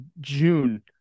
June